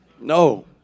No